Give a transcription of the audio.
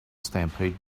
stampede